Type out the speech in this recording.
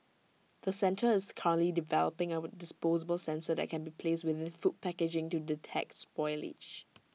the centre is currently developing A disposable sensor that can be placed within food packaging to detect spoilage